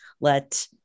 let